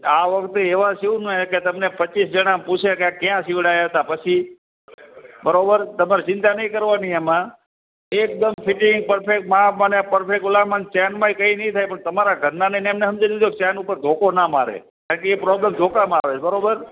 આ વખતે એવા સિવું ને કે તમને પચીસ જણાં પૂછે કે આ ક્યાં સિવડાવ્યા હતાં પછી બરાબર તમારે ચિંતા નહીં કરવાની એમાં એકદમ ફિટિંગ પરફેક્ટ માપ અને પરફેક્ટ ઓલા મને ચેનમાંય કંઈ નહીં થાય તમારા ઘરના ને એમને સમજાવી દેજો કે ચેન ઉપર ધોકો ના મારે કારણકે એ પ્રોબ્લેમ ધોકામાં આવે છે બરોબર